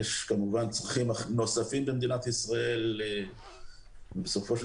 יש כמובן צרכים נוספים במדינת ישראל ובסופו של